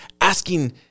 asking